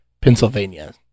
Pennsylvania